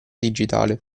digitale